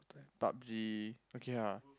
pub-G okay ah